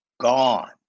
gone